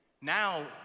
Now